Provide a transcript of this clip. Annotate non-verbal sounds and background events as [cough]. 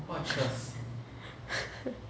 [laughs]